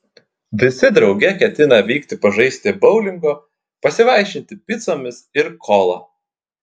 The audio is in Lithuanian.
visi drauge ketina vykti pažaisti boulingo pasivaišinti picomis ir kola